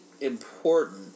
important